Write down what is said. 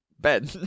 Ben